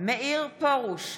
מאיר פרוש,